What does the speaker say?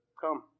come